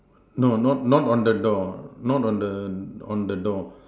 no not not on the door not on the on the door